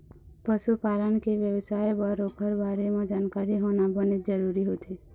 पशु पालन के बेवसाय बर ओखर बारे म जानकारी होना बनेच जरूरी होथे